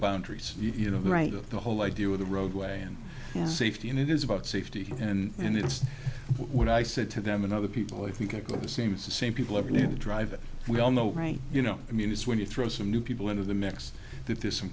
boundaries you know the right of the whole idea of the roadway and safety and it is about safety and it's what i said to them and other people i think of the same it's the same people every need to drive we all know right you know i mean it's when you throw some new people into the mix that there's some